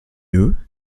eux